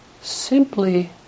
simply